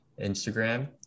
Instagram